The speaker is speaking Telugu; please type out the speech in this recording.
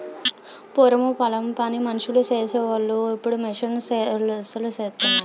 పూరము పొలం పని మనుసులు సేసి వోలు ఇప్పుడు మిషన్ లూసేత్తన్నాయి